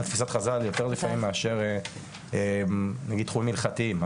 על תפיסת חז"ל יותר לפעמים מאשר מנגיד תחומים הלכתיים,